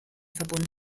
verbunden